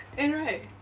and right